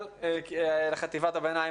על חטיבת הביניים,